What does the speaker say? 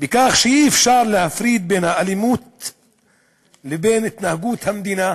כך שאי-אפשר להפריד בין האלימות לבין התנהגות המדינה